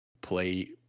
play